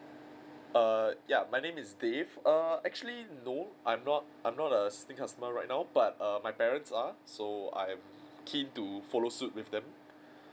err ya my name is dave err actually no I'm not I'm not err existing customer right now but uh my parents are so I'm keen to follow suit with them